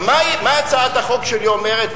מה הצעת החוק שלי אומרת?